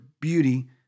beauty